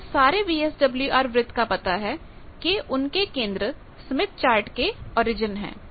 मुझे सारे वीएसडब्ल्यूआर वृत्त का पता है कि उनके केंद्र स्मिथ चार्ट के ओरिजिन है